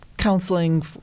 counseling